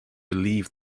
believe